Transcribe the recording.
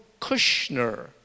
Kushner